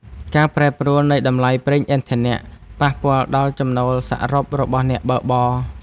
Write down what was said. ការប្រែប្រួលនៃតម្លៃប្រេងឥន្ធនៈ ប៉ះពាល់ដល់ចំណូលសរុបរបស់អ្នកបើកបរ។